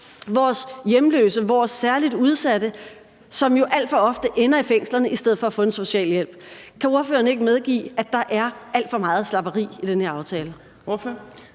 vores hjemløse, vores særligt udsatte, som alt for ofte ender i fængslerne i stedet for at få social hjælp. Kan ordføreren ikke medgive, at der er alt for meget, der er slapt, i den her aftale?